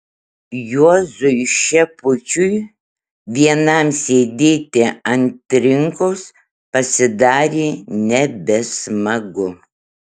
juozui šepučiui vienam sėdėti ant trinkos pasidarė nebesmagu